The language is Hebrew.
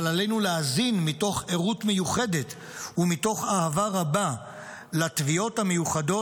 אבל עלינו להאזין מתוך ערות מיוחדת ומתוך אהבה רבה לתביעות המיוחדות,